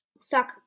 Soccer